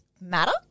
matter